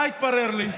מה התברר לי?